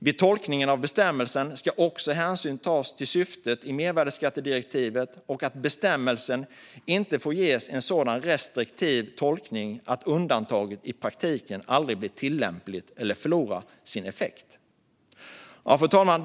Vid tolkningen av bestämmelsen ska hänsyn också tas till syftet med mervärdesskattedirektivet och till att bestämmelsen inte får ges en så restriktiv tolkning att undantaget i praktiken aldrig blir tillämpligt eller förlorar sin effekt. Fru talman!